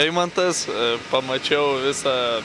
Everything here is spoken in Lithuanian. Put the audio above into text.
eimantas pamačiau visą